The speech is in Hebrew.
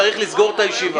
אני צריך לסגור את הישיבה.